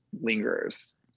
lingers